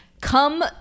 come